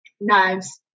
Knives